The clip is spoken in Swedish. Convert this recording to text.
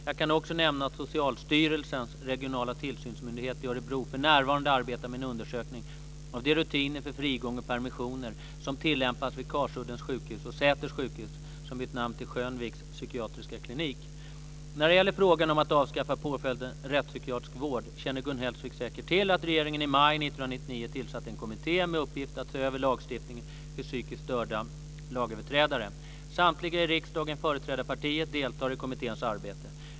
Jag kan också nämna att Socialstyrelsens regionala tillsynsmyndighet i Örebro för närvarande arbetar med en undersökning av de rutiner för frigång och permissioner som tillämpas vid Karsuddens sjukhus och Säters sjukhus, som bytt namn till När det gäller frågan om att avskaffa påföljden rättspsykiatrisk vård känner Gun Hellsvik säkert till att regeringen i maj 1999 tillsatte en kommitté med uppgift att se över lagstiftningen för psykiskt störda lagöverträdare. Samtliga i riksdagen företrädda partier deltar i kommitténs arbete.